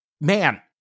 Man